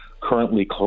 currently